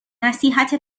نصیحت